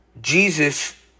Jesus